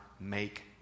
make